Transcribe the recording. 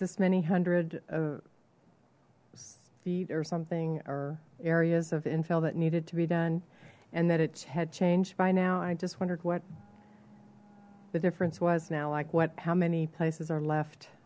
this many hundred a feet or something or areas of infill that needed to be done and that it had changed by now i just wondered what the difference was now like what how many places are left